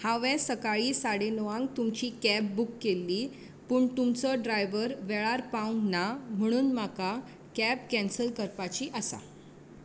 हांवे सकाळी साडे णवांक तुमची कॅब बूक केल्ली पूण तूमचो ड्रायवर वेळार पावंक ना म्हणून म्हाका कॅब कॅन्सल करपाची आसा